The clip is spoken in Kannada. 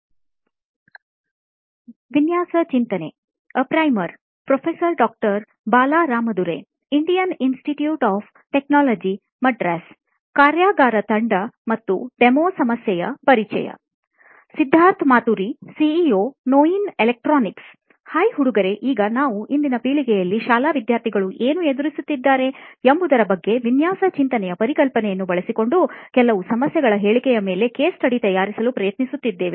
ಸಿದ್ಧಾರ್ಥ್ ಮಾತುರಿ ಸಿಇಒ ನೋಯಿನ್ ಎಲೆಕ್ಟ್ರಾನಿಕ್ಸ್ ಹಾಯ್ ಹುಡುಗರೇ ಈಗ ನಾವು ಇಂದಿನ ಪೀಳಿಗೆಯಲ್ಲಿ ಶಾಲಾ ವಿದ್ಯಾರ್ಥಿಗಳು ಏನು ಎದುರಿಸುತ್ತಿದ್ದಾರೆ ಎಂಬುದರ ಬಗ್ಗೆ ವಿನ್ಯಾಸ ಚಿಂತನೆಯ ಪರಿಕಲ್ಪನೆಯನ್ನು ಬಳಸಿಕೊಂಡು ಕೆಲವು ಸಮಸ್ಯೆ ಹೇಳಿಕೆಗಳ ಮೇಲೆ ಕೇಸ್ ಸ್ಟಡಿ ತಯಾರಿಸಲು ಪ್ರಯತ್ನಿಸುತ್ತೇವೆ